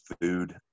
food